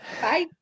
bye